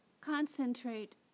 Concentrate